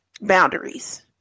boundaries